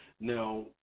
Now